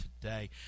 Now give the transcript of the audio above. today